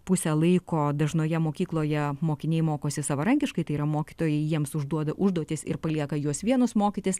pusę laiko dažnoje mokykloje mokiniai mokosi savarankiškai tai yra mokytojai jiems užduoda užduotis ir palieka juos vienus mokytis